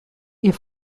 ihr